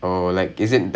I I